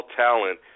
talent